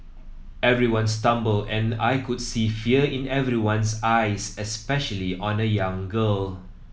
everyone stumbled and I could see fear in everyone's eyes especially on a young girl